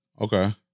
Okay